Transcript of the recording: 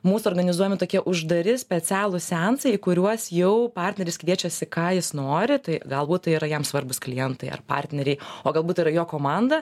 mūsų organizuojami tokie uždari specialūs seansai į kuriuos jau partneris kviečiasi ką jis nori tai galbūt tai yra jam svarbūs klientai ar partneriai o galbūt yra jo komanda